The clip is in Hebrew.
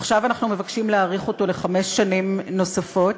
עכשיו אנחנו מבקשים להאריך אותו בחמש שנים נוספות.